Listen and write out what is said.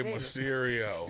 Mysterio